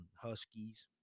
Huskies